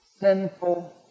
sinful